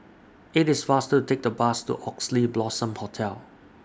IT IS faster to Take The Bus to Oxley Blossom Hotel